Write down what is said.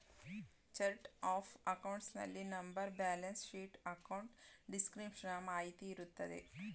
chart of accounts ನಲ್ಲಿ number, balance sheet, account description ನ ಮಾಹಿತಿ ಇರುತ್ತದೆ